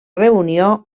reunió